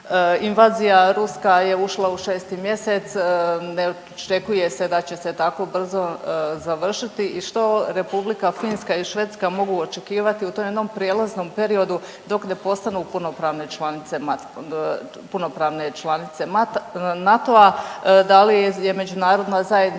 Invazija ruska je ušla u 6 mjesece, ne očekuje se da će se tako brzo završiti i što Republika Finska i Švedska mogu očekivati u tom jednom prijelaznom periodu dok ne postanu punopravne članice, punopravne članica NATO-a? Da li je međunarodna zajednica